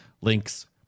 links